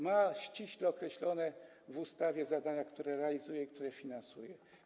Ma ściśle określone w ustawie zadania, które realizuje i które finansuje.